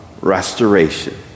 restoration